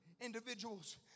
individuals